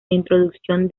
introducción